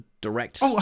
direct